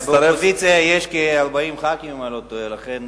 באופוזיציה יש כ-40 חברי כנסת אם אני לא טועה, לכן